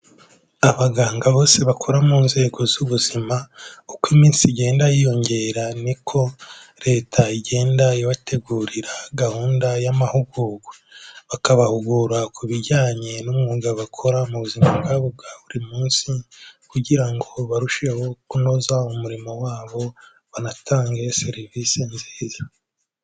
Abaganga bose bakora mu nzego z'ubuzima, uko iminsi igenda yiyongera ni ko Leta igenda ibategurira gahunda y'amahugurwa. Bakabahugura ku bijyanye n'umwuga bakora mu buzima bwabo bwa buri munsi kugira ngo barusheho kunoza umurimo wabo, banatange serivisi nziza.